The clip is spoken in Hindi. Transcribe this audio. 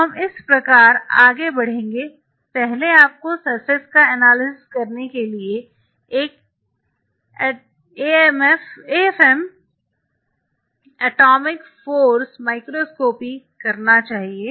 तो हम इस प्रकार आगे बढ़ेंगे पहले आपको सरफेस का एनालिसिस करने के लिए एक एएफएम एटॉमिक फ़ोर्स माइक्रोस्कोपी करना चाहिए